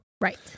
Right